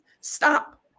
stop